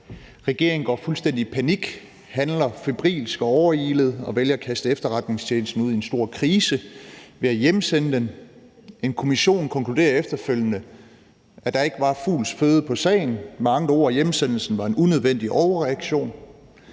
Regeringen går fuldstændig i panik, handler febrilsk og overilet og vælger at kaste efterretningstjenesten ud i en stor krise ved at hjemsende den. En kommission konkluderer efterfølgende, at der ikke var fugls føde på sagen. Med andre ord var hjemsendelsen en unødvendig overreaktion.